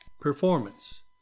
performance